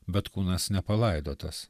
bet kūnas nepalaidotas